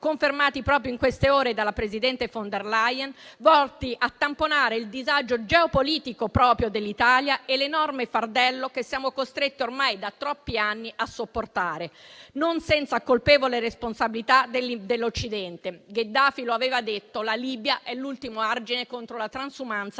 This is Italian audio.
confermati proprio in queste ore dalla presidente von der Leyen, volti a tamponare il disagio geopolitico proprio dell'Italia e l'enorme fardello che siamo costretti, ormai da troppi anni, a sopportare, non senza colpevole responsabilità dell'Occidente. Gheddafi lo aveva detto: la Libia è l'ultimo argine contro la transumanza